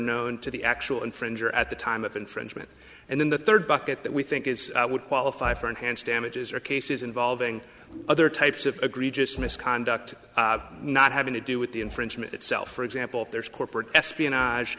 known to the actual infringer at the time of infringement and then the third bucket that we think is would qualify for enhanced damages or cases involving other types of agree just misconduct not having to do with the infringement itself for example if there is corporate espionage